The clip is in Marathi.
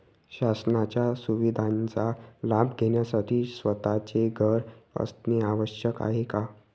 शासनाच्या सुविधांचा लाभ घेण्यासाठी स्वतःचे घर असणे आवश्यक आहे का?